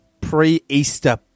Pre-Easter